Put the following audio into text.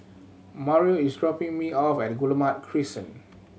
Mario is dropping me off at Guillemard Crescent